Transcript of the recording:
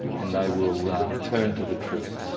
and they will turn to the truth.